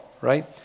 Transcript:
right